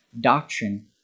doctrine